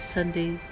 Sunday